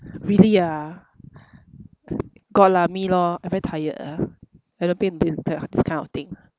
really ah got lah me lor I very tired ah I don't pay into this type of this kind of thing